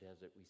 desert